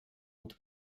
und